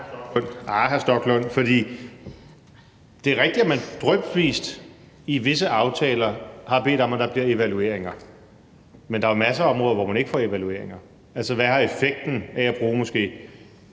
Nej, hr. Rasmus Stoklund. Det er rigtigt, at man drypvis i visse aftaler har bedt om, at der bliver evalueringer, men der er masser af områder, hvor man ikke får evalueringer; altså, hvad har effekten af at bruge måske